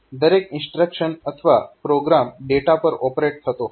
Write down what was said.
દરેક ઇન્સ્ટ્રક્શન અથવા program data પર ઓપરેટ થતો હોય છે